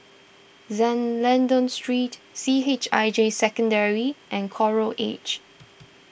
Lentor Street C H I J Secondary and Coral Edge